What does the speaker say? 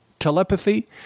telepathy